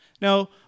Now